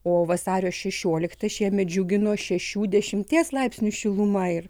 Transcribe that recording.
o vasario šešioliktą šiemet džiugino šešių dešimies laipsnių šiluma ir